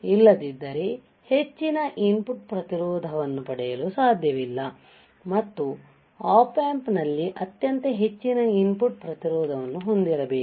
ಇಲ್ಲದಿದ್ದರೆ ಹೆಚ್ಚಿನ ಇನ್ಪುಟ್ ಪ್ರತಿರೋಧವನ್ನು ಪಡೆಯಲು ಸಾಧ್ಯವಿಲ್ಲ ಮತ್ತು Op Amp ನಲ್ಲಿ ಅತ್ಯಂತ ಹೆಚ್ಚಿನ ಇನ್ಪುಟ್ ಪ್ರತಿರೋಧವನ್ನು ಹೊಂದಿರಬೇಕು